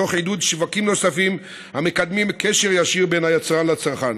תוך עידוד שווקים נוספים המקדמים קשר ישיר בין היצרן לצרכן.